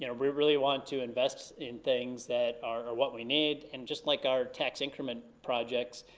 you know we really want to invest in things that are what we need, and just like our tax increment projects,